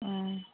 ꯎꯝ